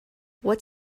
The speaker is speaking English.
what